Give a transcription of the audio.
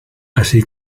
así